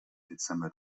dezember